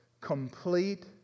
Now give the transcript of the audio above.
Complete